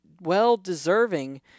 well-deserving